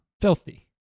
Filthy